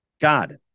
God